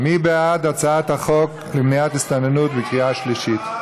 מי בעד הצעת החוק למניעת הסתננות בקריאה שלישית?